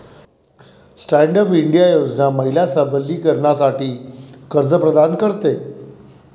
stand up India योजना महिला सबलीकरणासाठी कर्ज प्रदान करते